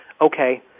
okay